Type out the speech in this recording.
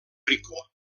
rico